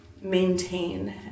maintain